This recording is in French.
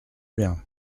bien